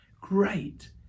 great